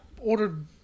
ordered